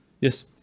yes